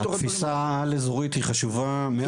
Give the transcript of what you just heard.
התפישה העל אזורית היא חשובה מאוד.